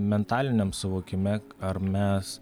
mentaliniam suvokime ar mes